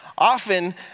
Often